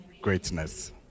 greatness